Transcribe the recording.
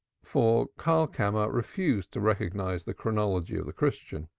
for karlkammer refused to recognize the chronology of the christian.